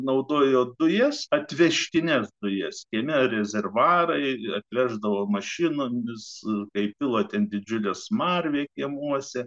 naudojo dujas atvežtines dujas ir rezervuarą jį atnešdavo mašinomis bei pila ten didžiulė smarvė kiemuose